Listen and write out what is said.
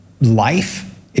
life